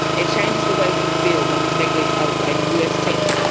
it changes the way we feel when we make a ah u s. team,